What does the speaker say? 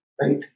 Right